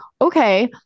okay